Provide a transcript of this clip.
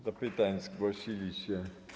Do pytań zgłosili się.